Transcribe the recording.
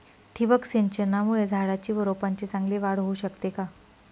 ठिबक सिंचनामुळे झाडाची व रोपांची चांगली वाढ होऊ शकते का?